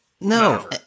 No